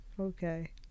okay